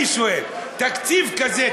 אני שואל: תקציב כזה,